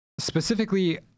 Specifically